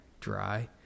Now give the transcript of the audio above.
dry